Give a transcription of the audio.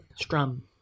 Strum